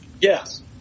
Yes